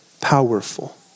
powerful